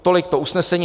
Tolik to usnesení.